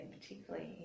particularly